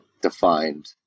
defined